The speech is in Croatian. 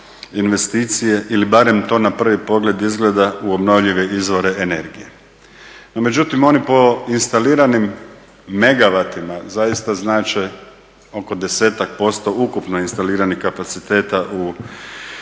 investicije ili barem to na prvi pogled izgleda u obnovljive izvore energije. No međutim oni po instaliranim megawatima zaista znače oko 10% ukupno instaliranih kapaciteta u